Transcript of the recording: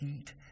eat